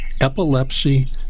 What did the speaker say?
epilepsy